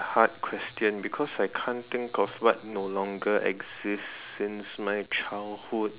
hard question because I can't think of what no longer exist since my childhood